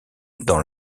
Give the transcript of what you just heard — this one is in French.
dans